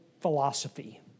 philosophy